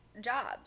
jobs